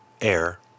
air